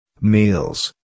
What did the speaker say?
Meals